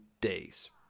days